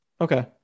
Okay